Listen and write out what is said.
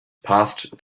passed